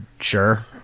sure